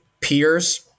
peers